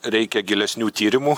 reikia gilesnių tyrimų